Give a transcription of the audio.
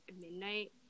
midnight